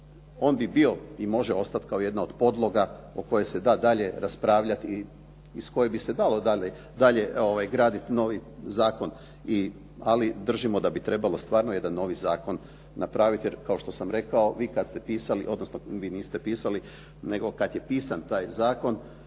on bi bio i može ostati kao jedna od podloga o kojoj se da dalje raspravljati i iz koje bi se dalo dalje graditi novi zakon. Ali držimo da bi trebalo stvarno jedan novi zakon napraviti. Jer kao što sam rekao, vi kad ste pisali, odnosno vi niste pisali, nego kad je pisan taj zakon